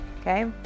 Okay